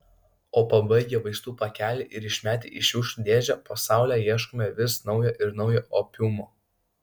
o pabaigę vaistų pakelį ir išmetę į šiukšlių dėžę po saule ieškome vis naujo ir naujo opiumo